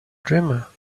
dreamer